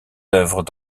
œuvres